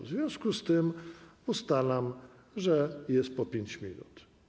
W związku z tym ustalam, że jest po 5 minut.